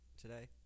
today